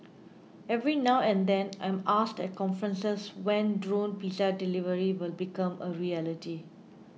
every now and then I am asked at conferences when drone pizza delivery will become a reality